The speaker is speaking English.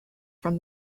from